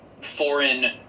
foreign